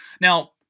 Now